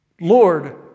Lord